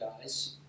guys